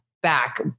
back